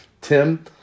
Tim